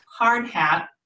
hardhat